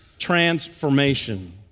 transformation